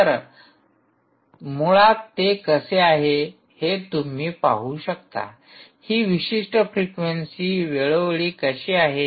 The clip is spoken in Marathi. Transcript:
तर मुळात ते कसे आहे हे तुम्ही पाहु शकता ही विशिष्ट फ्रिक्वेन्सी वेळोवेळी कशी आहे